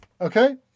Okay